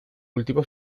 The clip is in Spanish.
cultivo